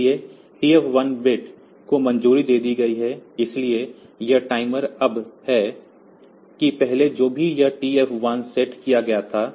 इसलिए TF1 bit को मंजूरी दे दी गई है इसलिए यह टाइमर अब है कि पहले जो भी यह TF1 सेट किया गया था